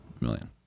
million